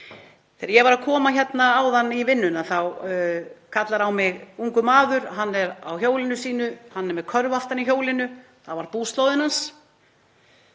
Þegar ég var að koma í vinnuna áðan þá kallar á mig ungur maður. Hann er á hjólinu sínu, hann er með körfu aftan á hjólinu, það var búslóðin hans.